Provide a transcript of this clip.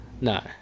No